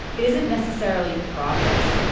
it isn't necessarily progress.